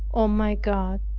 o my god.